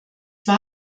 war